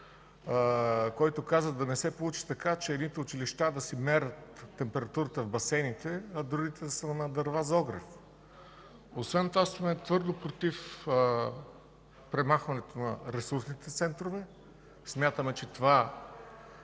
който каза: „Да не се получи така, че едните училища да мерят температурата в басейните, а другите да нямат дърва за огрев.” Освен това сме твърдо против премахването на ресурсните центрове. Според мен,